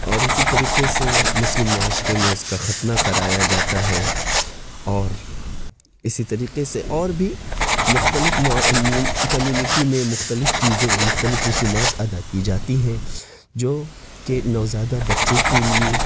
اور اسی طریقے سے مسلم معاشرے میں اس کا ختنہ کرایا جاتا ہے اور اسی طریقے سے اور بھی مختلف کمیونٹی میں مختلف چیزیں مختلف رسومات ادا کی جاتی ہیں جوکہ نوزائیدہ بچے کے لیے